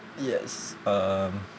yes um